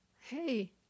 hey